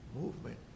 movement